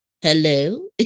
Hello